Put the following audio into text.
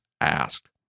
asked